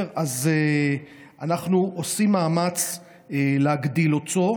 אנחנו עושים מאמץ להגדיל אותו.